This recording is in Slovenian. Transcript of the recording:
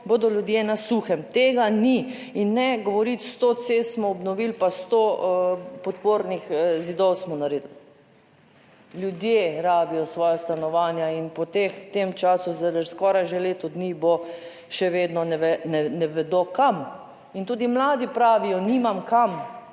bodo ljudje na suhem. Tega ni. Ne govoriti, sto cest smo obnovili, pa sto podpornih zidov smo naredili, ljudje rabijo svoja stanovanja in po teh, tem času skoraj že leto dni bo, še vedno ne vedo kam in tudi mladi pravijo, nimam kam